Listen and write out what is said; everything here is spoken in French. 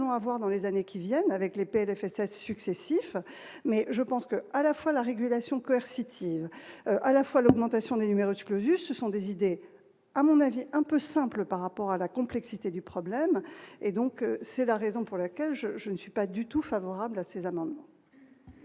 avoir dans les années qui viennent avec les PLFSS successifs, mais je pense que, à la fois la régulation Commercy tive à la fois l'augmentation du numerus clausus, ce sont des idées, à mon avis un peu simple par rapport à la complexité du problème et donc c'est la raison pour laquelle je je ne suis pas du tout favorable à ces amendements.